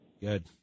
Good